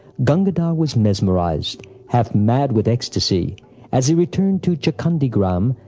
gangadhar was mesmerized half mad with ecstasy as he returned to chakhandi-gram,